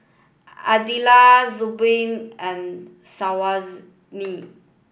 Aidil Zamrud and Syazwani